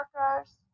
workers